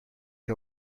que